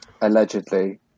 allegedly